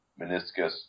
meniscus